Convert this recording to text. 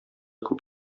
күп